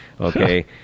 Okay